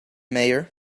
mayor